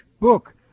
book